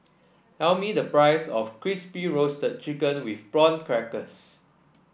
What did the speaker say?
tell me the price of Crispy Roasted Chicken with Prawn Crackers